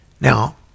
Now